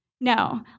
No